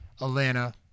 Atlanta